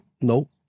no